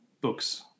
books